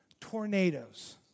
Tornadoes